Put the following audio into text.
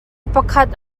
pakhat